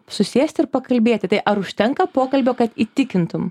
susėsti ir pakalbėti tai ar užtenka pokalbio kad įtikintum